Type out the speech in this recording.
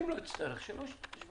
אם השר לא יצטרך הוא לא ישתמש.